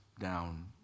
down